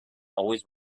always